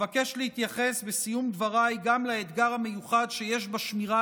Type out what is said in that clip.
אבקש להתייחס בסיום דבריי גם לאתגר המיוחד שיש בשמירה